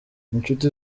inshuti